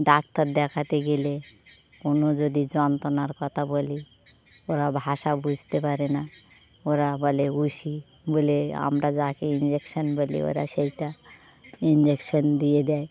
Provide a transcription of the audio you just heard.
doctor দেখাতে গেলে কোনো যদি যন্ত্রণার কথা বলি ওরা ভাষা বুঝতে পারে না ওরা বলে বলে আমরা যাকে ইঞ্জেকশন বলি ওরা সেটা ইঞ্জেকশন দিয়ে দেয়